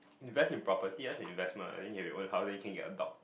invest in property that's an investment I think you have your own house then you can get a dog